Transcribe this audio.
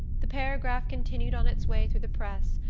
the paragraph continued on its way through the press,